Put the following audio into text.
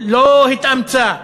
לא התאמצה.